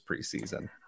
preseason